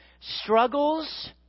struggles